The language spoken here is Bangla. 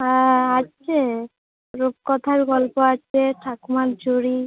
হ্যাঁ আছে রূপকথার গল্প আছে ঠাকুমার ঝুলি